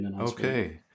Okay